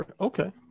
Okay